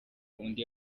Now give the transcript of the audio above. undi